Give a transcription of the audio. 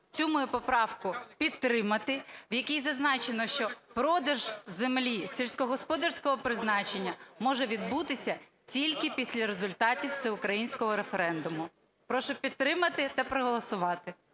цю мою поправку підтримати, в якій зазначено, що продаж землі сільськогосподарського призначення може відбутися тільки після результатів всеукраїнського референдуму. Прошу підтримати та проголосувати.